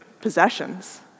possessions